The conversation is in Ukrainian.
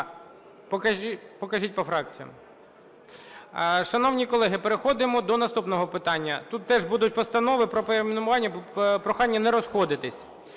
Покажіть по фракціям. Шановні колеги, переходимо до наступного питання. Тут теж будуть постанови про перейменування. Прохання не розходитись.